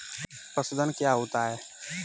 पशुधन क्या होता है?